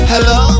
Hello